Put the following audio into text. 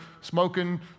smoking